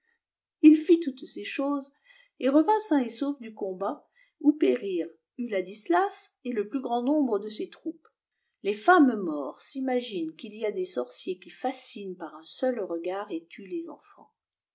il fit toutes ces choses et revint sain et sauf du combat où périrent uladislas et le plus grand nombre de ses troupes les femmes maures s'imaginent qu'il y a des sorciers qui fascinent par un seul regard et tuent les enfants